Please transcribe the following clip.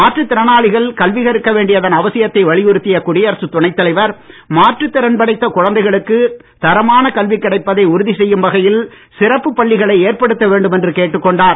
மாற்றுத் திறனாளிகள் கல்வி கற்க வேண்டியதன் அவசியத்தை வலியுறுத்திய குடியரசுத் துணைத்தலைவர் மாற்றுத் திறன் படைத்த குழந்தைகளுக்கு தரமான கல்வி கிடைப்பதை உறுதி செய்யும் வகையில் சிறப்புப் பள்ளிகளை ஏற்படுத்த வேண்டுமென்று கேட்டுக்கொண்டார்